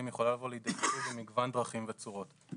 יכולה לבוא לידי ביטוי במגוון דרכים וצורות.